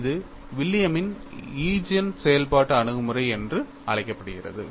இது வில்லியமின் Eigen William's Eigen செயல்பாட்டு அணுகுமுறை என்றும் அழைக்கப்படுகிறது